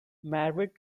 married